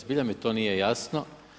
Zbilja mi to nije jasno.